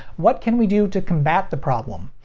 what can we do to combat the problem?